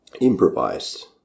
improvised